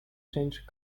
changed